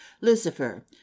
LUCIFER